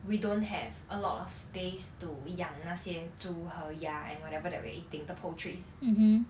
we don't have a lot of space to 养那些猪和鸭 and whatever that we're eating the poultries